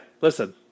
Listen